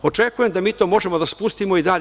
Očekujem da mi to možemo da spustimo i dalje.